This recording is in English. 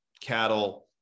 cattle